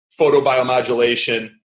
photobiomodulation